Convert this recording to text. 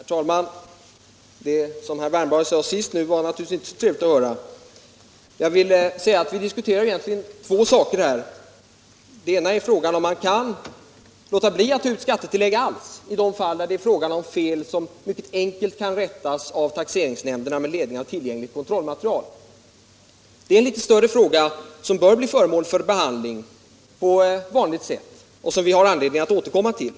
Herr talman! Det som herr Wärnberg sade nu senast var det naturligtvis inte trevligt att höra. Vi diskuterar egentligen två olika saker: Den ena är frågan huruvida man kan låta bli att ta ut något skattetillägg alls i de fall då det är fråga om fel som mycket enkelt kan rättas till av taxeringsnämnderna med ledning av tillgängligt kontrollmaterial. Det är en litet större fråga, som bör bli föremål för behandling på vanligt sätt och som vi har anledning att återkomma till.